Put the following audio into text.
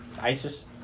isis